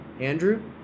Andrew